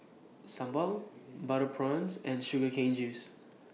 Sambal Butter Prawns and Sugar Cane Juice